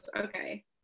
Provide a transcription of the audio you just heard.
Okay